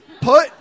put